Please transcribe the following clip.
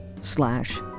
slash